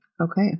Okay